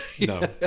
No